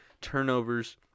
turnovers